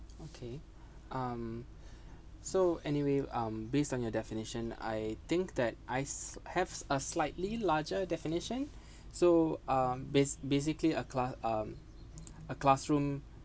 okay um so anyway um based on your definition I think that I s~ have a slightly larger definition so um bas~ basically a cla~ um a classroom